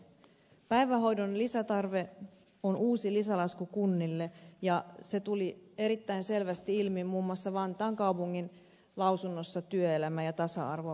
päivähoidon lisätarve on uusi lisälasku kunnille ja se tuli erittäin selvästi ilmi muun muassa vantaan kaupungin lausunnossa työelämä ja tasa arvovaliokunnalle